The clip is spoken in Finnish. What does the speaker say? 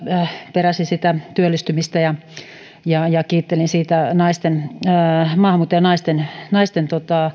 jossa peräsin työllistymistä ja kiittelin maahanmuuttajanaisten